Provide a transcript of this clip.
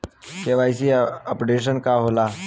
KYC updation का होला?